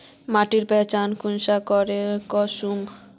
माटिर पहचान कुंसम करे करूम?